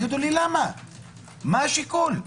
מה השיקול?